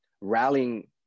rallying